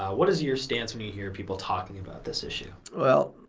what is your stance when you hear people talking about this issue? well,